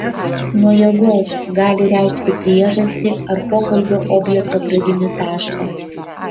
nuo jėgos gali reikšti priežastį ar pokalbio objekto pradinį tašką